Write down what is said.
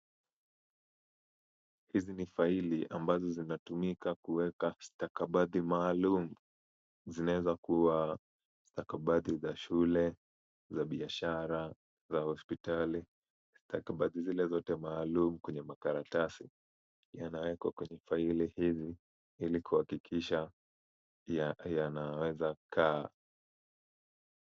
Hizi ni faili ambazo zinatumika kuweka stakabadhi maalum. Zinaweza kuwa stakabadhi za shule, za biashara, za hospitali, stakabadhi zile zote maalum kwenye makaratasi, yanawekwa kwenye faili hili ili kuhakikisha yanaweza kaa.